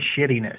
shittiness